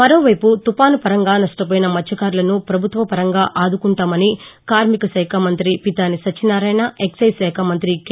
మరోవైపు తుఫాను పరంగా నష్ణపోయిన మత్స్వకారులను పభుత్వపరంగా ఆదుకుంటామని కార్మిక శాఖా మంత్రి పితాని సత్యనారాయణ ఎక్షైజ్ శాఖ మంత్రి కె